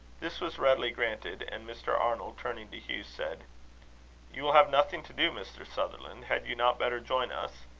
this was readily granted and mr. arnold, turning to hugh, said you will have nothing to do, mr. sutherland had you not better join us?